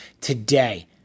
today